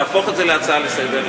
זה להפוך את זה להצעה לסדר,